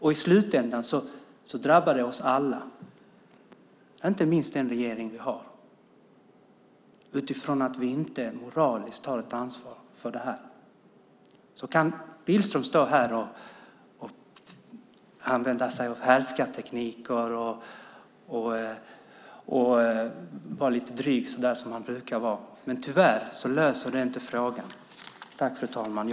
I slutändan drabbar det oss alla, inte minst den regering vi har, utifrån att vi inte tar ett moraliskt ansvar för det här. Billström kan stå här och använda sig av härskarteknik och vara lite dryg, så där som han brukar vara, men tyvärr löser det inte problemen. Fru talman!